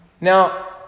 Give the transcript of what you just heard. Now